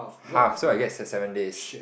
half so I get just seven days